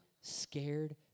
scared